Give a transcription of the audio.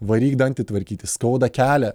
varyk dantį tvarkytis skauda kelią